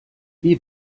wie